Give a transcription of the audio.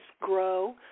grow